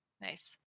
Nice